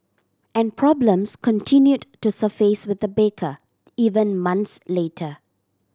and problems continued to surface with the baker even months later